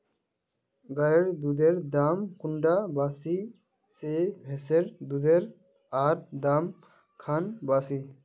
गायेर दुधेर दाम कुंडा बासी ने भैंसेर दुधेर र दाम खान बासी?